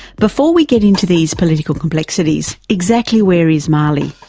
before we get into these political complexities, exactly where is mali?